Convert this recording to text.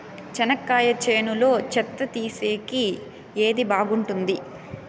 చెనక్కాయ చేనులో చెత్త తీసేకి ఏది బాగుంటుంది?